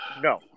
no